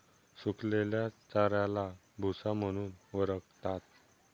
सुकलेल्या चाऱ्याला भुसा म्हणून ओळखतात